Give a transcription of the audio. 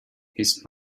his